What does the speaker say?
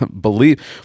Believe